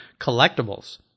collectibles